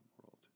world